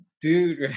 dude